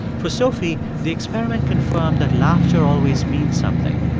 for sophie, the experiment confirmed that laughter always means something.